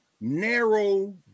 narrow